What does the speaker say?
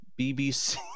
BBC